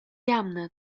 jamna